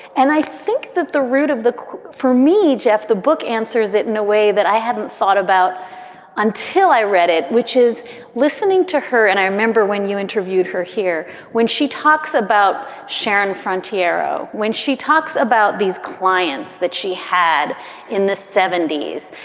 and i think that the root of the for me, jeff, the book answers it in a way that i haven't thought about until i read it, which is listening to her. and i remember when you interviewed her here, when she talks about sharon frontier. ah when she talks about these clients that she had in the seventy s.